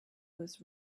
was